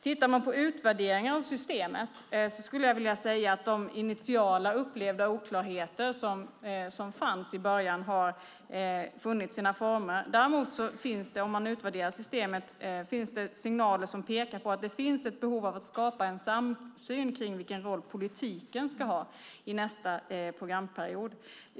Tittar vi på utvärderingar av systemet skulle jag vilja säga att de initialt upplevda oklarheter som fanns har funnit sina former. Däremot finns det signaler som pekar på att det finns behov av att skapa en samsyn om vilken roll politiken ska ha i nästa programperiod.